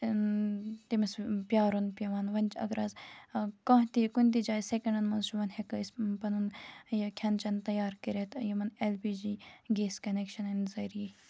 تٔمِس پیارُن پیٚوَان وۄنۍ اگر اَز کانٛہہ تہَ کُنہِ تہِ جایہِ سٮ۪کَنڑَن مَنٛز چھُ وۄںی ہیٚکان أسی پَنُن یہِ کھٮ۪ن چٮ۪ن تیار کٔرِتھ یِمَن ایٚل پی جی گیس کَنٮ۪کشَنَن ذٔریعہ